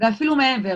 ואפילו מעבר.